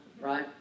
Right